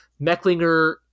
Mecklinger